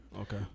Okay